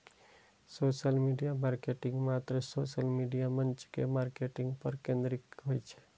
social media marketing मात्र social media मंच के मार्केटिंग पर केंद्रित होइ छै